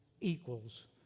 equals